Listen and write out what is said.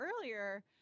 earlier